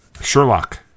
Sherlock